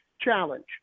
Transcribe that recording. challenge